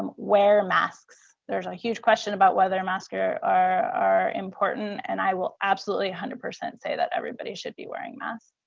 um wear masks. there's a huge question about whether a mask are are important and i will absolutely one hundred percent say that everybody should be wearing mask.